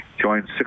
joined